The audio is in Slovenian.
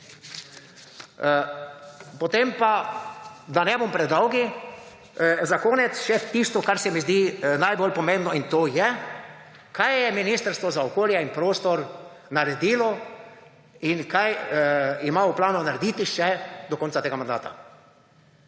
zadevah. Da ne bom predolg, za konec še tisto, kar se mi zdi najbolj pomembno, in to je, kaj je Ministrstvo za okolje in prostor naredilo in kaj ima v planu narediti še do konca tega mandata.